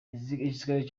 igisirikare